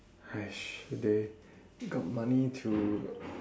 !hais! they got money to